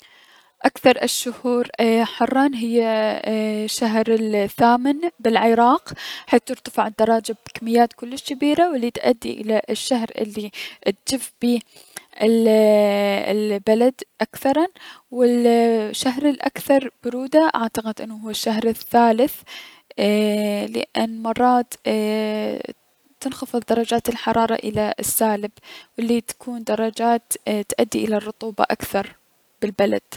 اكثر الشهور حرا ايي- هي الشهر الثامن بلعراق حيث ترتفع الدرجات بكميات كلش جبيرة الي دتأدي الى الشهر الي دتجف بيه ال ايي- البلد اكثرا و الشهر الأكثر برودة اعتقد هو الشهر الثالث ايي- لأن مرات تنخفض دلرجات الحرارة الى السالب الي تكون درجات تأدي الى الرطوب اكثر بالبلد.